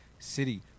City